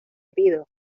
pido